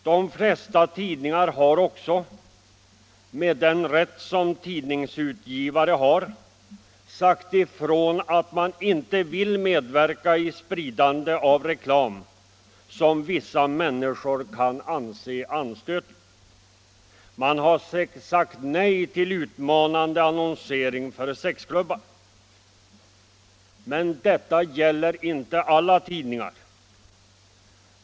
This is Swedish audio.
De flesta tidningar har också, med den rätt tidningsutgivare har, sagt ifrån att man inte vill medverka i spridande av reklam som vissa människor kan anse anstötlig. Man har sagt nej till utmanande annonsering för sexklubbar. Men det gäller inte alla tidningar.